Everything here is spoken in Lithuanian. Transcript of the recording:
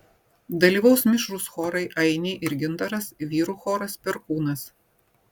dalyvaus mišrūs chorai ainiai ir gintaras vyrų choras perkūnas